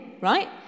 right